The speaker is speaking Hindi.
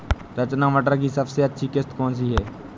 रचना मटर की सबसे अच्छी किश्त कौन सी है?